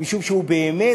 משום שהוא באמת,